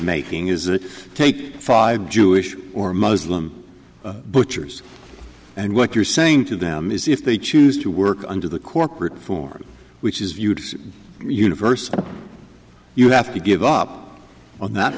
making is it take five jewish or muslim butchers and what you're saying to them is if they choose to work under the corporate form which is viewed universe you have to give up on that